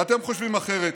ואתם חושבים אחרת.